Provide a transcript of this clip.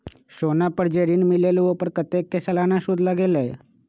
सोना पर जे ऋन मिलेलु ओपर कतेक के सालाना सुद लगेल?